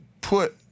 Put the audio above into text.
put